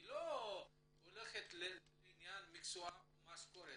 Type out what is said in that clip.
היא לא הולכת לעניין המקצוע או המשכורת.